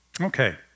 Okay